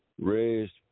Raised